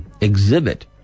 exhibit